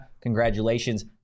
congratulations